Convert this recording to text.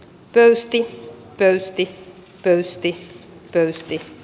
pöysti pöysti höysti pöysti